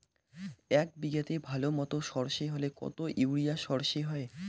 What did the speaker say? এক বিঘাতে ভালো মতো সর্ষে হলে কত ইউরিয়া সর্ষে হয়?